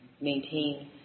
maintain